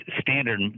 standard